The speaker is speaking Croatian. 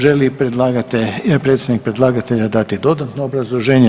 Želi li predstavnik predlagatelja dati dodatno obrazloženje?